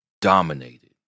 dominated